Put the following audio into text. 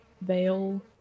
veil